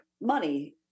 money